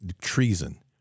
treason